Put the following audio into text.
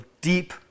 deep